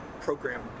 program